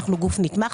כי אנחנו גוף נתמך,